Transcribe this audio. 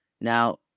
Now